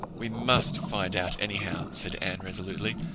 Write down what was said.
we must find out anyhow, said anne resolutely.